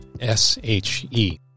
S-H-E